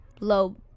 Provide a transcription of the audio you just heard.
low